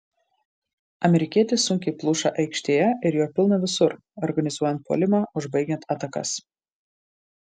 amerikietis sunkiai pluša aikštėje ir jo pilna visur organizuojant puolimą užbaigiant atakas